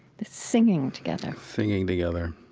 this singing together singing together,